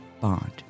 Bond